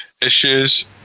issues